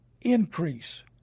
increase